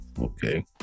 Okay